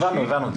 הבנו.